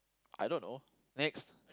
I don't know next